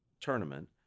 tournament